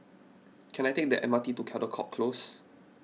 can I take the M R T to Caldecott Close